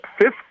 fifth